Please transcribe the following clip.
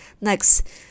next